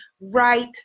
right